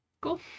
Cool